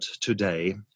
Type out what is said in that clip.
today